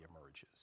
emerges